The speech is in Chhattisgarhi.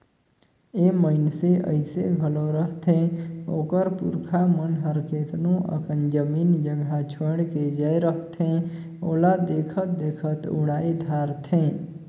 ए मइनसे अइसे घलो रहथें ओकर पुरखा मन हर केतनो अकन जमीन जगहा छोंएड़ के जाए रहथें ओला देखत देखत उड़ाए धारथें